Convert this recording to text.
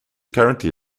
currently